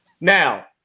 Now